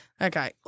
Okay